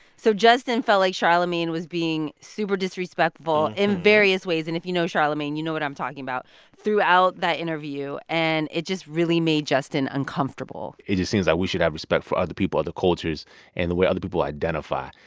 so justin felt like charlamagne was being super disrespectful in various ways and if you know charlamagne, you know what i'm talking about throughout that interview. and it just really made justin uncomfortable it just seems that we should have respect for other people, other cultures and the way other people identify.